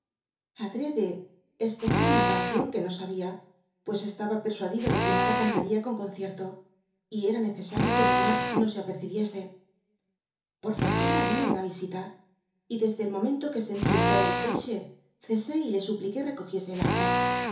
adrede escogí una canción que no sabía pues estaba persuadida de quer nada cantaría con concierto y era necesario que mamá no se apercibiese por fortuna vino una visita y desde el momento que sentí entrar el coche cesé y le supliqué recojiese el harpa